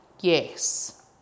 Yes